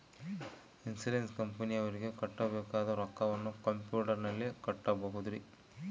Insurance ಕಂಪನಿಯವರಿಗೆ ಕಟ್ಟಬೇಕಾದ ರೊಕ್ಕವನ್ನು ಕಂಪ್ಯೂಟರನಲ್ಲಿ ಕಟ್ಟಬಹುದ್ರಿ?